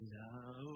now